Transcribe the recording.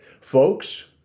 Folks